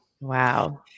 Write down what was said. Wow